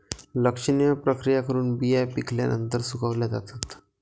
लक्षणीय प्रक्रिया करून बिया पिकल्यानंतर सुकवल्या जातात